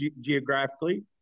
geographically